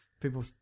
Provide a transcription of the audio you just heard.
people